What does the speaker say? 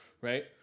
Right